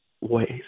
ways